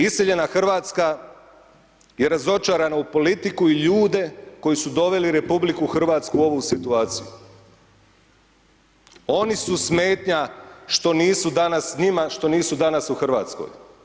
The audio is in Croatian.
Iseljena Hrvatska, je razočarana u politiku i ljude koji su doveli RH u ovu situaciju, oni su smetnja što nisu danas s njima što nisu danas u Hrvatskoj.